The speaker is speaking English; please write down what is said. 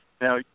Now